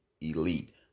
elite